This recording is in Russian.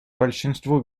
большинству